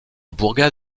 bourgade